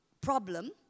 problem